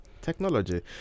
Technology